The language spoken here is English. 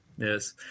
Yes